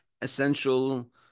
essential